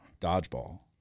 Dodgeball